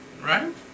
Right